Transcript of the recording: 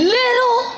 little